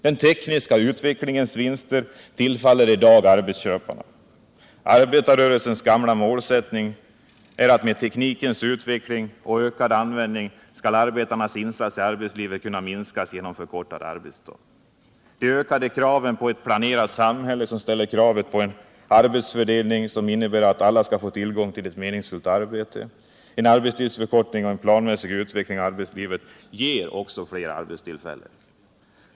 Den tekniska utvecklingens vinster tillfaller i dag arbetsköparna. Arbetarrörelsens gamla målsättning är att med teknikens utveckling och ökade användning skulle arbetarnas insats i arbetslivet kunna minskas genom en förkortning av arbetsdagen. De ökade kraven på ett planerat samhälle ställer kravet på en arbetsfördelning som innebär att alla skall få tillgång till ett meningsfullt arbete. En arbetstidsförkortning och en planmässig utveckling av arbetslivet ger fler arbetstillfällen.